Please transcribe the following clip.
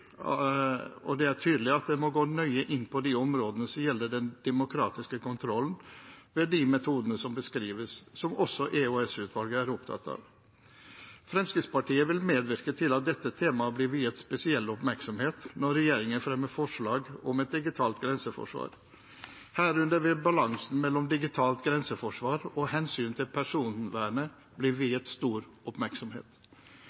at en må gå nøye inn på de områdene som gjelder den demokratiske kontrollen ved de metodene som beskrives – som også EOS-utvalget er opptatt av. Fremskrittspartiet vil medvirke til at dette tema blir viet spesiell oppmerksomhet når regjeringen fremmer forslag om et digitalt grenseforsvar, herunder vil balansen mellom digitalt grenseforsvar og hensynet til personvernet